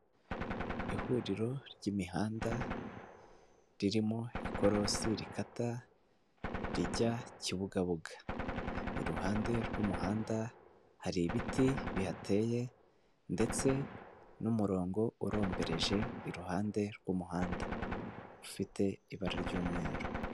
Ihuriro ry'imihanda ririmo ikorosi rikata rijya Kibugabuga, iruhande rw'umuhanda hari ibiti bihateye ndetse n'umurongo urombereje iruhande rw'umuhanda ufite ibara ry'umweru.